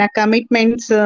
commitments